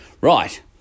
Right